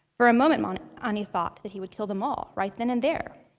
for a moment moment anie thought that he would kill them all, right then and there,